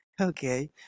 Okay